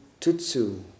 Tutsu